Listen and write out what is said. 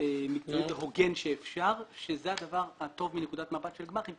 מקצועי והוגן שזה הדבר הטוב מנקודת מבט של גמ"חים.